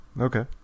Okay